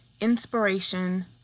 Inspiration